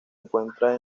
encuentra